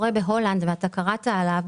בהולנד, ואתה קראת על זה,